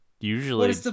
usually